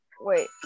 Wait